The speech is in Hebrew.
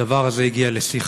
הדבר הזה הגיע לשיא חדש,